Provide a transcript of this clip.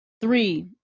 Three